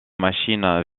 machines